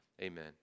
Amen